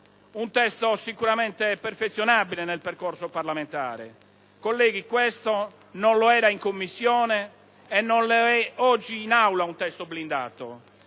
Un testo sicuramente perfezionabile nel percorso parlamentare. Colleghi, questo, non lo era in Commissione e non è oggi in Aula un testo blindato,